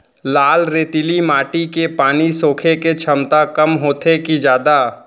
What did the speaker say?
लाल रेतीली माटी के पानी सोखे के क्षमता कम होथे की जादा?